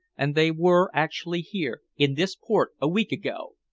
and they were actually here, in this port, a week ago!